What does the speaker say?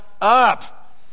up